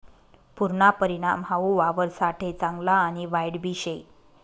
पुरना परिणाम हाऊ वावरससाठे चांगला आणि वाईटबी शे